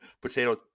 potato